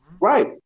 Right